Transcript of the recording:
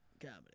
comedy